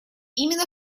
именно